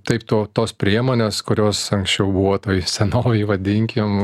taip to tos priemonės kurios anksčiau buvo toj senovėj vadinkim